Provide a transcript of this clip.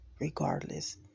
regardless